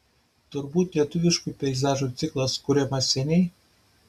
turbūt lietuviškų peizažų ciklas kuriamas seniai